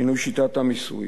שינוי שיטת המיסוי,